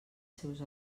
seus